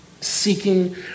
seeking